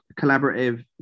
collaborative